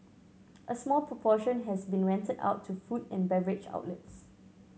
a small proportion has been rented out to food and beverage outlets